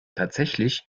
tatsächlich